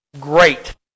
great